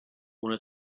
ohne